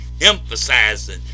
emphasizing